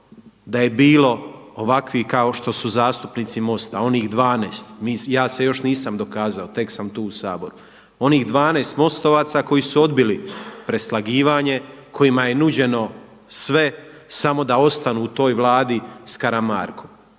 da je bilo ovakvih kao što su zastupnici Mosta onih 12. Ja se još nisam dokazao, tek sam tu u Saboru, onih 12 mostovaca koji su odbili preslagivanje kojima je nuđeno sve samo da ostanu u toj Vladi s Karamarkom.